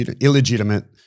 illegitimate